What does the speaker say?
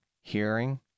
hearing